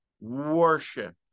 worship